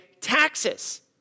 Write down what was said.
taxes